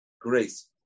grace